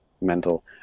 mental